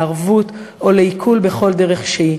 לערבות או לעיקול בכל דרך שהיא.